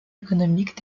économiques